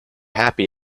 happy